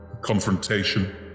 confrontation